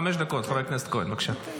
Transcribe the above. חמש דקות, חבר הכנסת כהן, בבקשה.